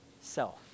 self